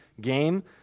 game